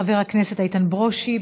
חבר הכנסת איתן ברושי,